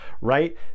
right